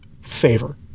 favor